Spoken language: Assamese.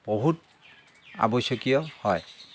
বহুত আৱশ্যকীয় হয়